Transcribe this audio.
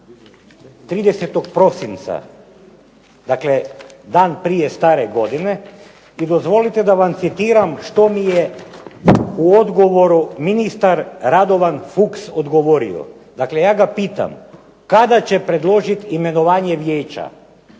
30. prosinca 2009. dakle dan prije stare godine i dozvolite da vam citiram što mi je u odgovoru ministar Radovan Fuchs odgovorio. Dakle, ja ga pitam, kada će predložiti imenovanje vijeća?